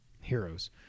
heroes